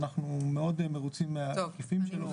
שאנחנו מאוד מרוצים מההיקפים שלו.